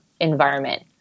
environment